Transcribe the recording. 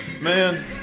Man